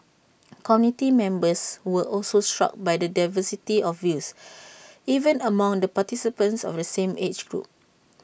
committee members were also struck by the diversity of views even among the participants of the same age group